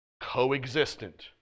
Co-existent